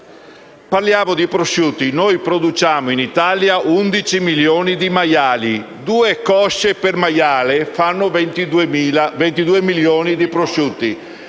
Parliamo di prosciutti. In Italia produciamo 11 milioni di maiali; due cosce per maiale, fanno 22 milioni di prosciutti.